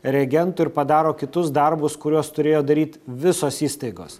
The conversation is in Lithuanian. reagentu ir padaro kitus darbus kuriuos turėjo daryt visos įstaigos